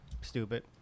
stupid